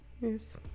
yes